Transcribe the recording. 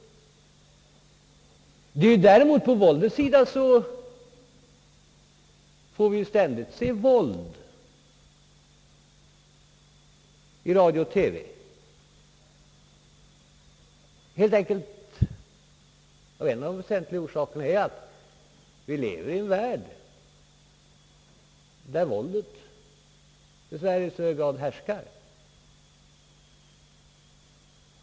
Vad våldet beträffar så får vi ständigt uppleva sådant i radio och TV. En av de väsentliga orsakerna härtill är helt enkelt den att vi lever i en värld där våldet, dessvärre, i hög grad härskar.